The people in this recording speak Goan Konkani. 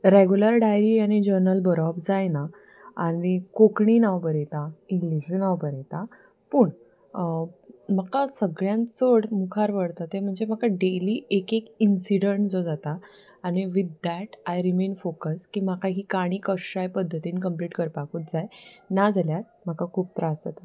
रेगुलर डायरी आनी जर्नल बरोवप जायना आनी कोंकणी हांव बरयतां इंग्लिशूय हांव बरयतां पूण म्हाका सगळ्यान चड मुखार व्हरता ते म्हणजे म्हाका डेली एक एक इन्सिडंट जो जाता आनी with that I remain focus की म्हाका ही काणी कश्याय पद्दतीन कंप्लीट करपाकूच जाय ना जाल्यार म्हाका खूब त्रास जाता